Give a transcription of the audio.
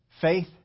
Faith